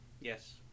Yes